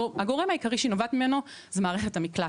הגורם העיקרי שהיא נובעת ממנו זה מערכת המקלט,